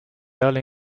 early